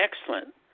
excellent